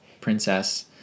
princess